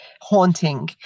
haunting